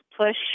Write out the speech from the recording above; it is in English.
push